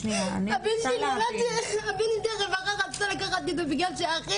שנייה הבן שלי שילדתי רצו לקחת בגלל שאחי